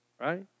right